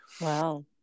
wow